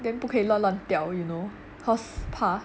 then 不可以乱乱掉 you know cause 怕